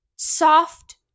Soft